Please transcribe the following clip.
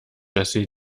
jessy